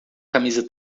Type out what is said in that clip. camisa